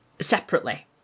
separately